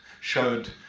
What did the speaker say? showed